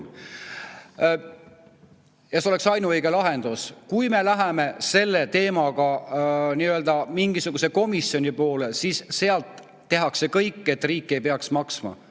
See oleks ainuõige lahendus. Kui me läheme selle teemaga mingisuguse komisjoni poole, siis seal tehakse kõik, et riik ei peaks maksma.